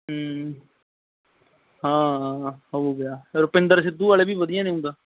ਹਾਂ ਹੋ ਗਿਆ ਰੁਪਿੰਦਰ ਸਿੱਧੂ ਵਾਲੇ ਵੀ ਵਧੀਆ ਨੇ ਊਂ ਤਾਂ